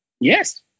Yes